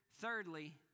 Thirdly